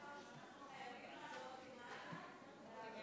אנחנו חייבים לעלות למעלה להצבעות?